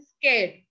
scared